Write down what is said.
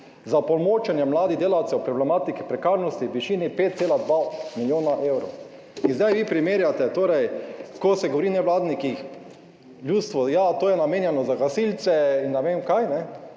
za opolnomočenje mladih delavcev o problematiki prekarnosti v višini 5,2 milijona evrov. In zdaj vi primerjate, ko se govori o nevladnikih: ljudstvo, ja, to je namenjeno za gasilce in ne vem kaj,